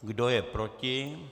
Kdo je proti?